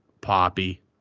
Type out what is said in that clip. Poppy